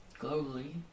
globally